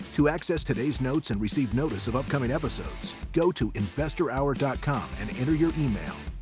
to access today's notes and receive notice of upcoming episodes, go to investorhour dot com and enter your email.